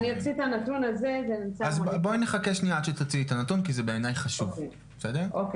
אני אחלק את זה למרכזים רפואיים לעומת משרדי ממשלה.